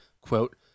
quote